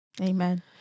Amen